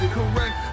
correct